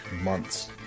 months